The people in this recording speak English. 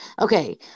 Okay